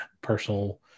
personal